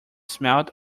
smelt